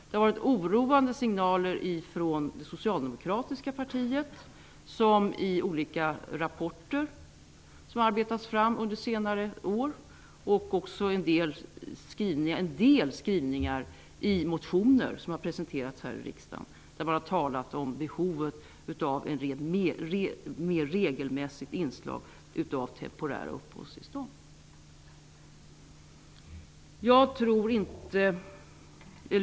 Det har också givits oroande signaler från det socialdemokratiska partiet. De har i olika rapporter under senare år och i en del skrivningar i motioner här i riksdagen talat om behovet av ett mer regelmässigt inslag av temporära uppehållstillstånd.